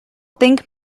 think